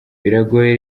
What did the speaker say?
biragoye